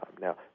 Now